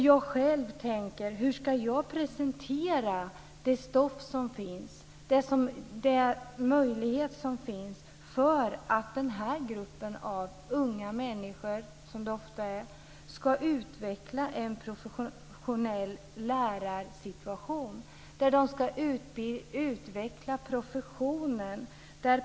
Jag själv tänker: Hur ska jag presentera det stoff som finns, den möjlighet som finns, för att den här gruppen av unga människor, som det ofta är, ska utveckla en professionell hållning till lärarsituationen? De ska utveckla professionen.